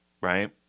right